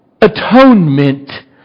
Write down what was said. atonement